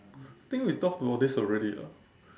think we talked about this already ah